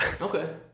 Okay